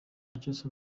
manchester